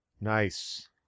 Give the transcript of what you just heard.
Nice